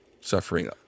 suffering